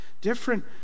different